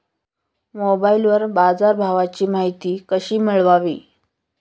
मोबाइलवर बाजारभावाची माहिती कशी मिळवावी?